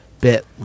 bit